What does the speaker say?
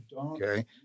Okay